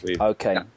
Okay